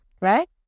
right